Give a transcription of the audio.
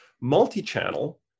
Multi-channel